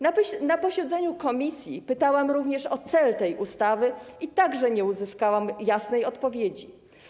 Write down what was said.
Na posiedzeniu komisji pytałam również o cel tej ustawy i także nie uzyskałam jasnej odpowiedzi.